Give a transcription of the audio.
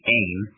aim